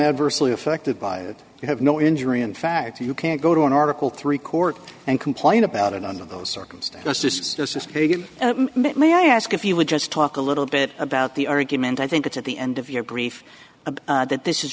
adversely affected by it you have no injury in fact you can't go to an article three court and complain about it under those circumstances it's just begun may i ask if you would just talk a little bit about the argument i think it's at the end of your brief that this